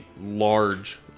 large